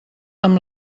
amb